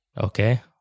Okay